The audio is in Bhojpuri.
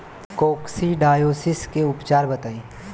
कोक्सीडायोसिस के उपचार बताई?